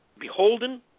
beholden